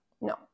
No